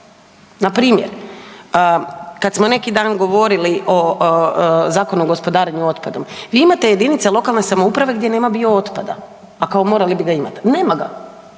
Npr. kad smo neki dan govorili o Zakonu o gospodarenju otpadom, vi imate jedinice lokalne samouprave gdje nema biootpada, a kao morali bi ga imati. Nema ga.